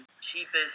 cheapest